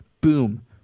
Boom